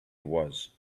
was